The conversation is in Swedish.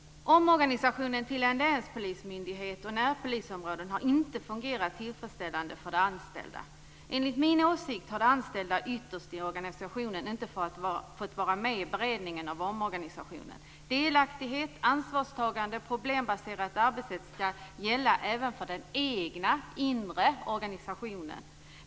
Omorganisationen till en länspolismyndighet och närpolisområden har inte fungerat tillfredsställande för de anställda. Enligt min åsikt har de anställda ytterst i organisationen inte fått vara med i beredningen av omorganisationen. Delaktighet, ansvarstagande och ett problembaserat arbetssätt skall gälla även för den egna inre organisationen.